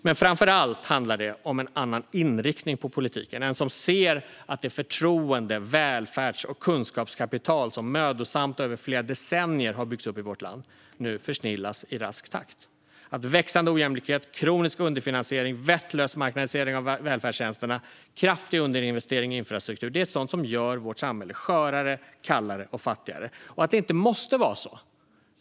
Men framför allt handlar detta om en annan inriktning på politiken - en politik som ser att det förtroende-, välfärds och kunskapskapital som mödosamt och över flera decennier har byggts upp i vårt land nu försnillas i rask takt. Växande ojämlikhet, kronisk underfinansiering och vettlös marknadisering av välfärdstjänsterna, kraftig underinvestering i infrastruktur - det är sådant som gör vårt samhälle skörare, kallare och fattigare. Men det måste inte vara så.